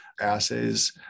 assays